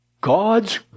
God's